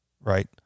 right